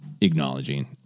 acknowledging